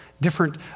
different